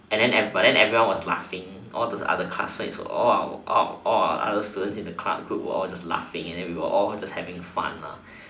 and then but then everyone was laughing all the other classmates all the other students in the class group was laughing and we all was having fun lah